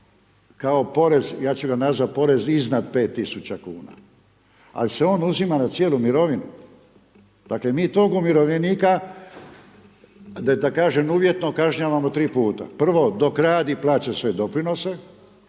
kao porez, ja ću ga nazvati porez iznad 5000 kn, ali se on uzima na cijelu mirovinu, dakle, mi tog umirovljenika, da kažem uvjetno kažnjavamo 3 puta. Prvo dok radi plaća svoje doprinose,